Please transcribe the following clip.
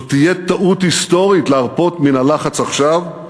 זו תהיה טעות היסטורית להרפות מן הלחץ עכשיו,